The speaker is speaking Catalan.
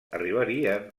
arribarien